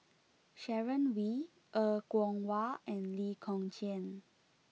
Sharon Wee Er Kwong Wah and Lee Kong Chian